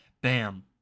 Bam